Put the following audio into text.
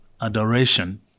adoration